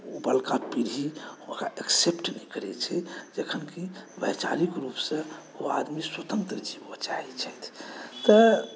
उपरका पीढ़ी ओकरा एक्सेप्ट नहि करैत छै जखन कि वैचारिक रूपसँ ओ आदमी स्वतन्त्र छथि तऽ